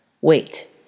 Wait